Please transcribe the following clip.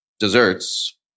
Desserts